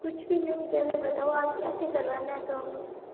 कुछ भी नहीं करना बताओ आप क्या क्या करवाना है तो हम